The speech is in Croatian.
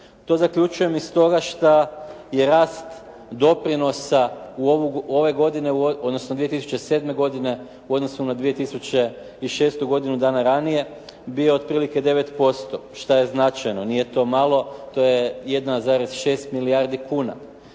To zaključujem iz toga što je rast doprinosa ove godine, odnosno 2007. godine u odnosu na 2006. godinu dana ranije bio otprilike 9% što je značajno. Nije to malo. To je 1,6 milijardi kuna.